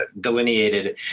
delineated